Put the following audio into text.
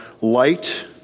light